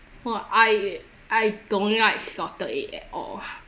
!wah! I eh I don't like salted egg at all